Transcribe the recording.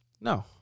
No